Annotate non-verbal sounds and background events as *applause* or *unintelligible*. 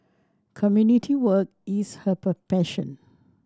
community work is her *unintelligible* passion